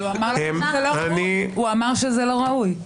הוא אמר שזה לא ראוי.